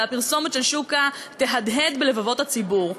והפרסומת של שוקה תהדהד בלבבות הציבור.